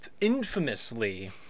infamously